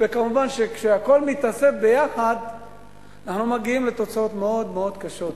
וכמובן שכשהכול מתאסף ביחד אנחנו מגיעים לתוצאות מאוד מאוד קשות.